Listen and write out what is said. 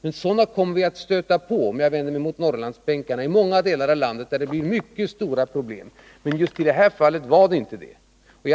Men sådana ärenden kommer vi att stöta på — och jag vänder mig nu till Norrlandsbänkarna — i många delar av landet där det blir mycket stora problem, vilket det alltså inte var i det här fallet.